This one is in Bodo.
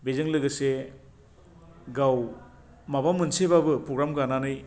बेजों लोगोसे गाव माबा मोनसेबाबो प्रग्राम गानानै